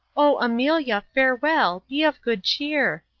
oh, amelia, farewell, be of good cheer.